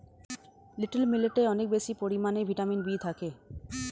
little মিলেটে অনেক বেশি পরিমাণে ভিটামিন বি থাকে